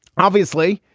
obviously,